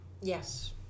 yes